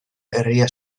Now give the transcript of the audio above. herria